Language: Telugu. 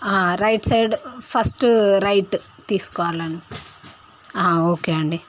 రైట్ సైడ్ ఫస్ట్ రైట్ తీసుకోవాలండి ఓకే అండి